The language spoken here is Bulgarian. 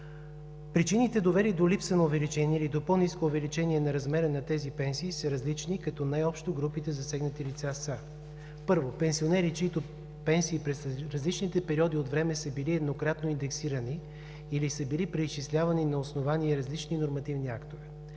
Причините, довели до липса на увеличение, или до по-ниско увеличение на размера на тези пенсии, са различни, като най-общо групите засегнати лица са: Първо, пенсионери, чиито пенсии през различните периоди от време са били еднократно индексирани или са били преизчислявани на основание различни нормативни актове.